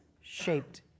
shaped